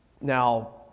Now